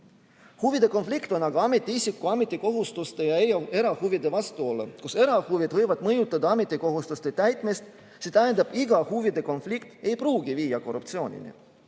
Huvide konflikt on aga ametiisiku ametikohustuste ja erahuvide vastuolu, kus erahuvid võivad mõjutada ametikohustuste täitmist, st iga huvide konflikt ei pruugi viia korruptsioonini.